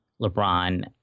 LeBron